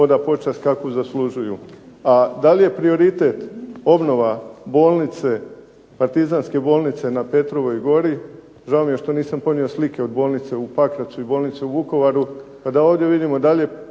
oda počast kakvu zaslužuju. A da li je prioritet obnova bolnice, partizanske bolnice na Petrovoj gori? Žao mi je što nisam ponio slike od bolnice u Pakracu i bolnice u Vukovaru pa da ovdje vidimo da li je